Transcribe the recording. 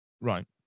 Right